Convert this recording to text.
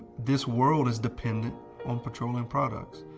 this world is dependent on petroleum products.